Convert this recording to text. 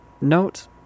note